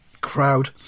Crowd